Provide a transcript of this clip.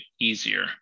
easier